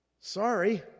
Sorry